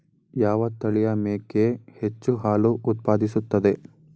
ಯಾವ ತಳಿಯ ಮೇಕೆ ಹೆಚ್ಚು ಹಾಲು ಉತ್ಪಾದಿಸುತ್ತದೆ?